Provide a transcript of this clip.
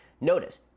Notice